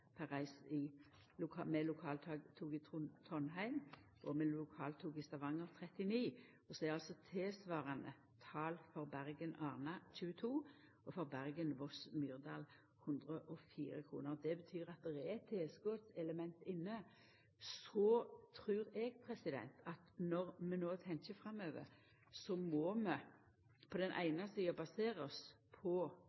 med lokaltog i Trondheim, og med lokaltog i Stavanger 39 kr. Tilsvarande tal for Bergen–Arna er 22 og for Bergen–Voss–Myrdal 104. Det betyr at det er eit tilskottselement inne. Så trur eg at når vi tenkjer framover, må vi på den